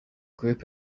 group